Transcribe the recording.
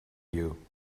you